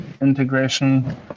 integration